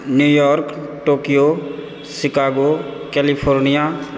New York Tokyo Chicago California